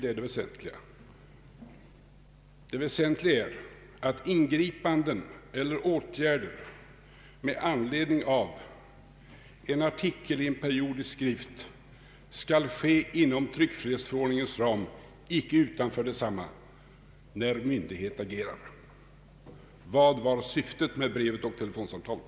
Det väsentliga är att ingripanden eller åtgärder med anledning av en artikel i en periodisk skrift skall ske inom tryckfrihetsförordningens ram, inte utanför densamma, när en myndighet agerar. Vad var syftet med brevet och telefonsamtalet?